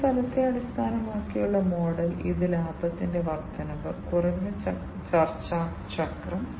input ഔട്ട്പുട്ടിലേക്കുള്ള memory കൂടാതെ input ഔട്ട്പുട്ടിനും സിപിയുവിനും ഇടയിൽ